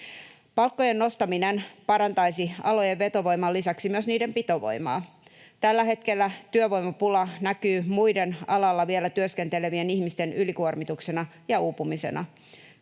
Palkkojen nostaminen parantaisi alojen vetovoiman lisäksi myös niiden pitovoimaa. Tällä hetkellä työvoimapula näkyy muiden alalla vielä työskentelevien ihmisten ylikuormituksena ja uupumisena.